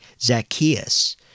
Zacchaeus